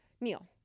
Neil